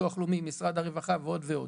ביטוח לאומי, משרד הרווחה ועוד ועוד.